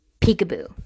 peekaboo